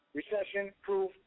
Recession-proof